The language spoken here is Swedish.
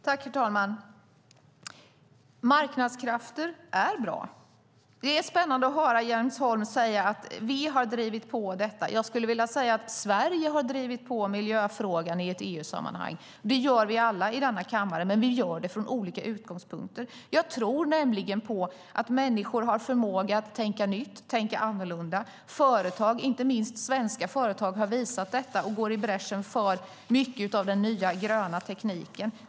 Herr talman! Marknadskrafter är bra. Det är spännande att höra Jens Holm säga: Vi har drivit på detta. Jag skulle vilja säga att Sverige har drivit på miljöfrågan i ett EU-sammanhang. Det gör vi alla i denna kammare, men vi gör det från olika utgångspunkter. Jag tror nämligen på att människor har en förmåga att tänka nytt, tänka annorlunda. Företag, inte minst svenska företag, har visat detta och går i bräschen för mycket av den nya gröna tekniken.